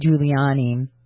Giuliani